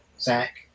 Zach